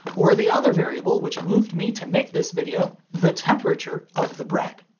or the other variable which moved me to make this video the temperature of the bread.